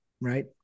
right